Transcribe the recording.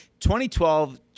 2012